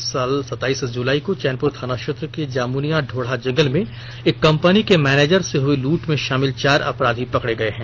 इस साल सत्ताईस जुलाई को चैनपुर थाना क्षेत्र के जामुनिया ढोढ़ा जंगल में एक कंपनी के मैनेजर से हई लुट में शामिल चार अपराधी पकडे गये हैं